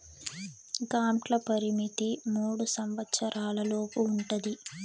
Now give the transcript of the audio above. గ్రాంట్ల పరిమితి మూడు సంవచ్చరాల లోపు ఉంటది